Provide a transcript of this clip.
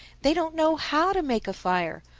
they don't know how to make a fire.